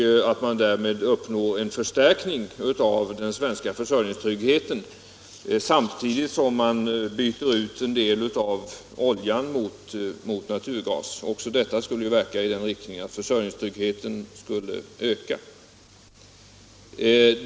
Därmed uppnår man en förstärkning av den svenska försörjningstryggheten. Byter man samtidigt ut en del av oljan mot naturgas, skulle också detta verka i den riktningen att försörjningstryggheten skulle öka.